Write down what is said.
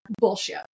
Bullshit